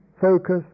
focus